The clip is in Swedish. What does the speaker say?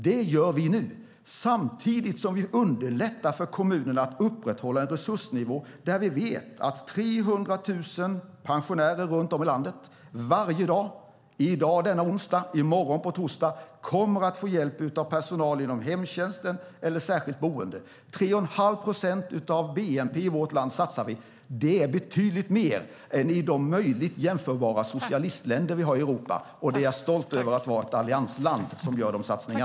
Detta gör vi nu samtidigt som vi underlättar för kommunerna att upprätthålla en resursnivå där vi vet att 300 000 pensionärer runt om i landet varje dag - i dag onsdag och i morgon torsdag - kommer att få hjälp av personal inom hemtjänsten eller på ett särskilt boende. Vi satsar 3,5 procent av bnp i vårt land på detta. Det är betydligt mer än i de möjligtvis jämförbara socialistländer vi har i Europa. Jag är stolt över att Sverige är ett alliansland som gör dessa satsningar.